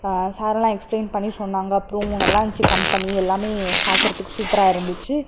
சார்ல்லாம் explain பண்ணி சொன்னாங்கள் அப்புறோம் நல்லாருந்துச்சு கம்பெனி எல்லாமே பார்க்கறத்துக்கு சூப்பராக இருந்துச்சு